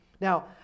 Now